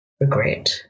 regret